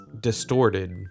distorted